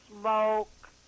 smoke